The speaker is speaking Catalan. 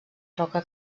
roca